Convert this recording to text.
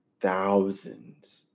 Thousands